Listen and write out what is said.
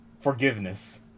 Forgiveness